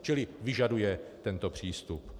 Čili vyžaduje tento přístup.